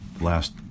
last